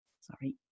sorry